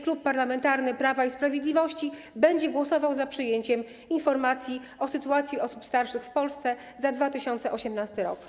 Klub Parlamentarny Prawo i Sprawiedliwość będzie głosował za przyjęciem informacji o sytuacji osób starszych w Polsce za 2018 r.